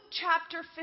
chapter